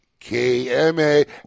KMA